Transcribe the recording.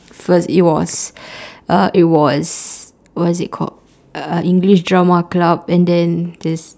first it was uh it was what's it called uh english drama club and then there's